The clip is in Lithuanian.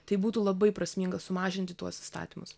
tai būtų labai prasminga sumažinti tuos įstatymus